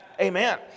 amen